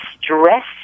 stress